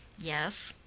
yes.